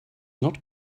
not